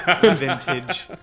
Vintage